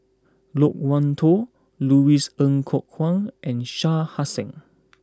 Loke Wan Tho Louis Ng Kok Kwang and Shah Hussain